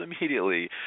immediately